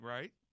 Right